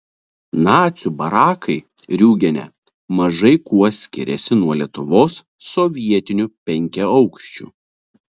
nacių barakai riūgene mažai kuo skiriasi nuo lietuvos sovietinių penkiaaukščių